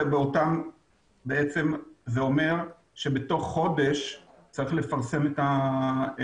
בעצם זה אומר שבתוך חודש צריך לפרסם את המפרט.